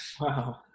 wow